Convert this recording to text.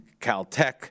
caltech